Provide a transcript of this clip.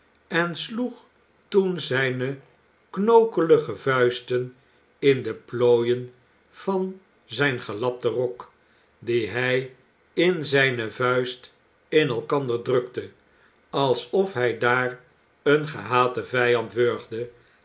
en sloeg toen zijne knokkelige vuisten in de plooien van zijn gelapten rok die hij in zijne vuist in elkander drukte alsof hij daar een gehaten vijand wurgde